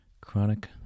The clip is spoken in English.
chronic